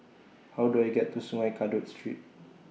How Do I get to Sungei Kadut Street